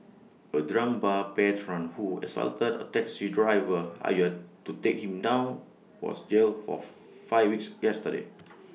A drunk bar patron who assaulted A taxi driver hired to take him down was jailed for five weeks yesterday